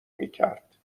میکرد